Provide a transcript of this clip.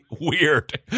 weird